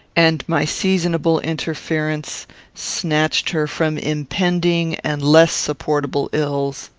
and my seasonable interference snatched her from impending and less supportable ills.